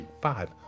five